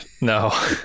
no